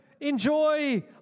Enjoy